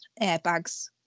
airbags